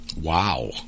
Wow